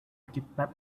kidnap